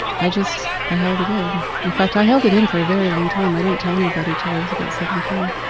i just i held it in. in fact, i held it in for a very long time. i didn't tell anybody till i was about seventeen